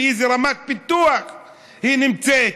באיזה רמת פיתוח הן נמצאות,